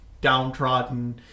downtrodden